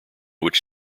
which